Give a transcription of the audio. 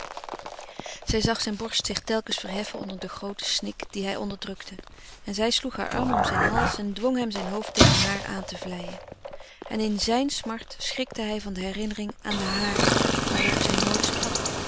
zij zag zijne borst zich telkens verheffen onder den grooten snik dien hij onderdrukte en zij sloeg haar arm om zijn hals en dwong hem zijn hoofd tegen haar aan te vlijen en in zijne smart schrikte hij van de herinnering aan de hare waarover zij nooit sprak